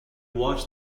watch